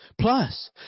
plus